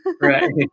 Right